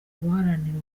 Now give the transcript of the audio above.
guharanira